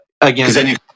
again